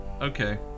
Okay